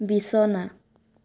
বিছনা